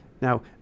Now